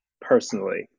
personally